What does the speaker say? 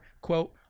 quote